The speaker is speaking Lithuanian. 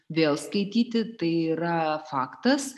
vėl skaityti tai yra faktas